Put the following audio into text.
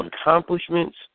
accomplishments